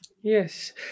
Yes